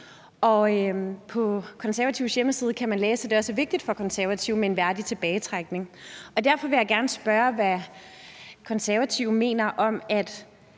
på Konservatives hjemmeside kan man læse, at det også er vigtigt for Konservative med en værdig tilbagetrækning. Og derfor vil jeg gerne spørge, hvad Konservative mener om,